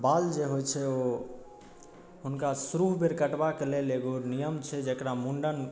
बाल जे होइ छै ओ हुनका शुरू बेर कटबाक लेल एगो नियम छै जेकरा मुंडन